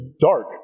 dark